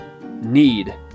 need